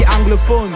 anglophone